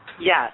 Yes